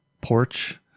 porch